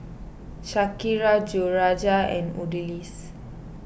Shakira Jorja and Odalis